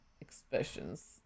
expressions